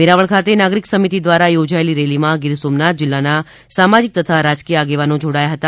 વેરાવળ ખાતે નાગરિક સમિતિ દ્વારા યોજાયેલી રેલી માં ગીર સોમનાથ જિલ્લાના સામાજિક તથા રાજકીય આગેવાનો જોડાયા હતા